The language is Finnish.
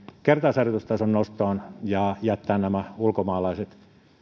kertausharjoitustason nostoon ja jättää nämä ulkomaalaiset